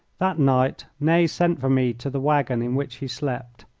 that night ney sent for me to the waggon in which he slept.